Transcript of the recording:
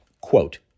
quote